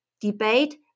debate